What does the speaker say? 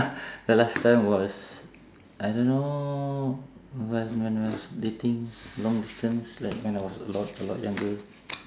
the last time was I don't know when when I was dating long distance like when I was a lot a lot younger